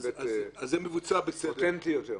היבט אותנטי יותר.